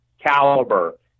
caliber